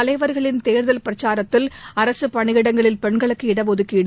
தலைவர்களின் தேர்தல் பிரச்சாரத்தில் அரசு பணியிடங்களில் பெண்களுக்கு இடஒதுக்கீடு